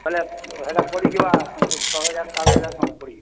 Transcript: ବେଲେ ହେଟା ପଡ଼ିଯିବା ତମ୍କୁ ଛଅ ହଜାର ସାତ ହଜାର ଖଂଡ଼େ ପଡ଼ିଯିବା